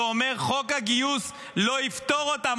ואומר: חוק הגיוס לא יפטור אותם,